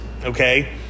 Okay